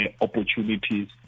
opportunities